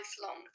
lifelong